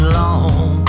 long